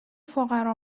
فقرا